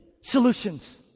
solutions